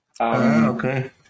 Okay